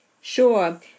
Sure